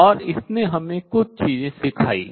और इसने हमें कुछ चीजें सिखाईं